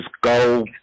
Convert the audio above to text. go